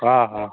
हा हा